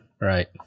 Right